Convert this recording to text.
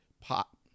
pop